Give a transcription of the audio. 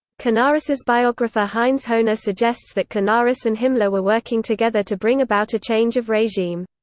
canaris's biographer heinz hohne suggests that canaris and himmler were working together to bring about a change of regime.